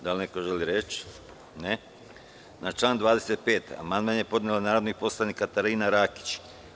Da li neko želi reč? (Ne) Na član 25. amandman je podnela narodni poslanik Katarina Rakić.